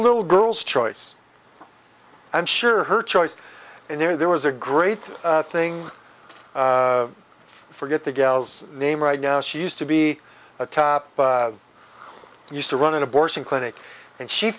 little girl's choice i'm sure her choice and there was a great thing for get the gals name right now she used to be a top used to run an abortion clinic and she